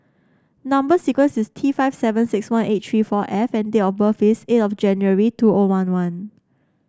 number sequence is T five seven six one eight three four F and date of birth is eight of January two O one one